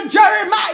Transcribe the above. Jeremiah